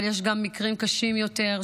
אבל יש גם מקרים קשים יותר,